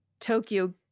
Tokyo